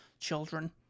children